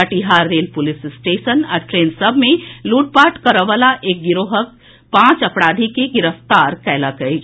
Katihar rail police station आ train सभ मे लूटपाट करए वला एक गिरोहक पांच अपराधी के गिरफ्तार कयलक अछि